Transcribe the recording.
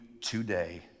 today